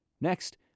Next